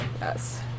Yes